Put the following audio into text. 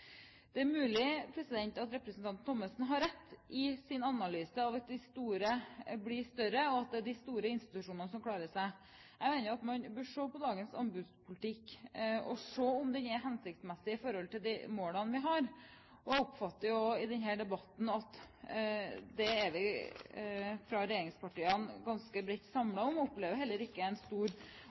Det er mulig at representanten Thommessen har rett i sin analyse at de store blir større, og at det er de store institusjonene som klarer seg. Jeg mener at man bør se på dagens anbudspolitikk og se om den er hensiktsmessig i forhold til de målene vi har. Jeg oppfatter i denne debatten at det er vi fra regjeringspartiene ganske bredt samlet om. Jeg opplever heller ikke en stor